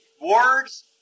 words